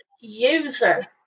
user